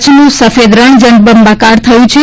કચ્છનું સફેદ રણ જળબંબાકાર થયું છે